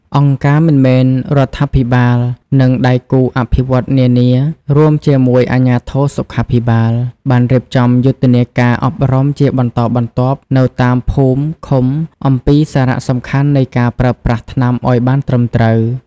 អង្គការមិនមែនរដ្ឋាភិបាល និងដៃគូអភិវឌ្ឍន៍នានា រួមជាមួយអាជ្ញាធរសុខាភិបាល បានរៀបចំយុទ្ធនាការអប់រំជាបន្តបន្ទាប់នៅតាមភូមិ ឃុំ អំពីសារៈសំខាន់នៃការប្រើប្រាស់ថ្នាំឱ្យបានត្រឹមត្រូវ ។